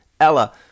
Ella